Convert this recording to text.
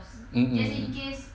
mm mm